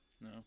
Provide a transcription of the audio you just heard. No